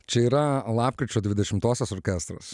čia yra lapkričio dvidešimtosios orkestras